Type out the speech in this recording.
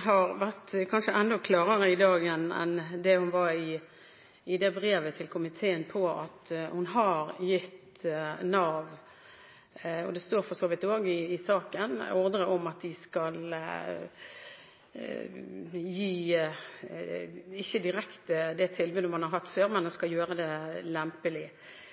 har kanskje vært enda klarere i dag enn hun var i brevet til komiteen på at hun har gitt Nav – det står det for så vidt også – ordre om at de skal gi, ikke direkte det tilbudet man har hatt før, men at man skal gjøre det lempelig.